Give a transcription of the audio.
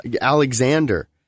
Alexander